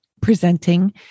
presenting